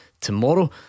Tomorrow